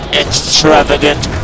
extravagant